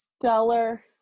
stellar